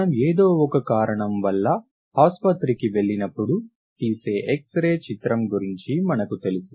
మనం ఎదో ఒక కారణం వల్ల హాస్పత్రి కి వెళ్ళినప్పుడు తీసే ఎక్స్రే చిత్రం గురించి మనకి తెలుసు